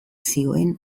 zioen